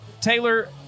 Taylor